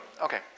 okay